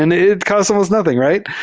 and it costs almost nothing, right?